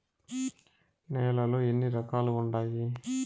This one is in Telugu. నేలలు ఎన్ని రకాలు వుండాయి?